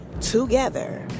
together